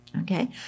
Okay